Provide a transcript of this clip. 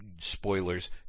Spoilers